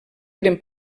eren